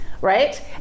right